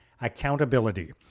accountability